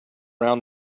around